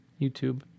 youtube